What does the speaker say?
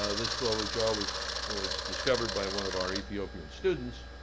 ah this lower jaw was was discovered by one of our ethiopian students.